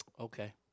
Okay